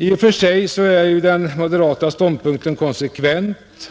I och för sig är den moderata ståndpunkten konsekvent.